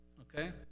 Okay